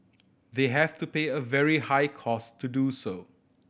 they have to pay a very high cost to do so